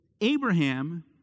Abraham